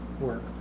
work